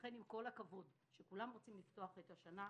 ולכן עם כל הכבוד שכולם רוצים לפתוח את השנה,